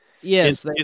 Yes